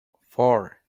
four